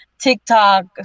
TikTok